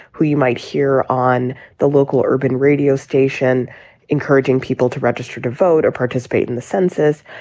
who you might hear on the local urban radio station encouraging people to register to vote or participate in the census.